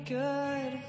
good